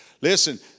Listen